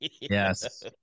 Yes